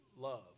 love